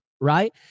Right